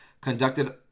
conducted